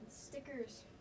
stickers